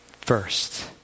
first